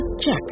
Check